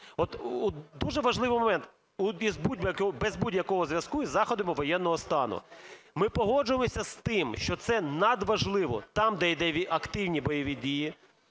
От дуже важливий момент: без будь-якого зв'язку із заходами воєнного стану. Ми погоджувалися з тим, що це надважливо там, де йдуть активні бойові дії,